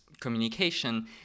communication